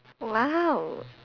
!wow!